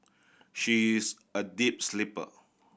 she is a deep sleeper